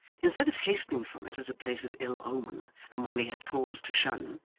instead of hastening from it as a place of ill omen, and one he had cause to shun,